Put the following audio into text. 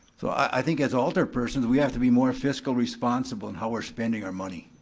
so i think as alderpersons, we have to be more fiscally responsible in how we're spending our money.